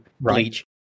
Bleach